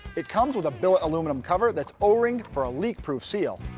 it comes with a billet aluminum cover that's o-ringed for a leak proof seal.